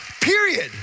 period